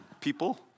people